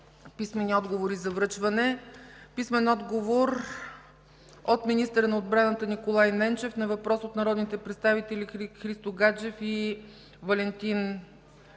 Писмени отговори за връчване. Писмен отговор от: - министъра на отбраната Николай Ненчев на въпрос от народните представители Христо Гаджев, Валентин Радев